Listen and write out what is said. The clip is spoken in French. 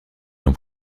dans